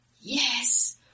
yes